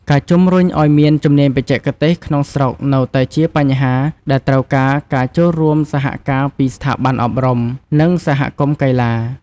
ការជំរុញឲ្យមានជំនាញបច្ចេកទេសក្នុងស្រុកនៅតែជាបញ្ហាដែលត្រូវការការចូលរួមសហការពីស្ថាប័នអប់រំ និងសហគមន៍កីឡា។